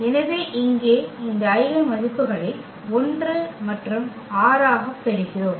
எனவே இங்கே இந்த ஐகென் மதிப்புகளை 1 மற்றும் 6 ஆக பெறுகிறோம்